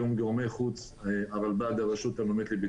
סבלנו שנים והמון לילות לא ישנו בגלל שחיכינו לפעמים אפילו חצי שנה